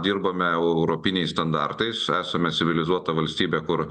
dirbame europiniais standartais esame civilizuota valstybė kur